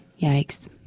Yikes